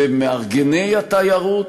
למארגני התיירות,